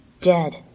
dead